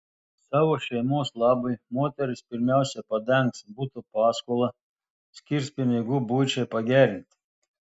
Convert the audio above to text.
savo šeimos labui moteris pirmiausia padengs buto paskolą skirs pinigų buičiai pagerinti